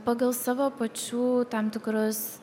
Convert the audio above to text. pagal savo pačių tam tikrus